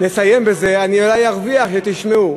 נסיים בזה, אני אולי ארוויח שתשמעו.